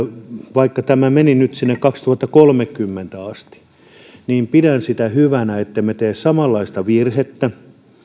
vaikka tämä meni nyt sinne kaksituhattakolmekymmentäeen asti niin pidän sitä hyvänä ettemme tee samanlaista virhettä